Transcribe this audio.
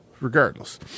Regardless